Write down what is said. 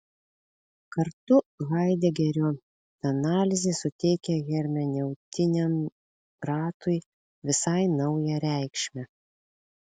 kartu haidegerio analizė suteikia hermeneutiniam ratui visai naują reikšmę